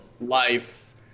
life